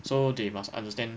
so they must understand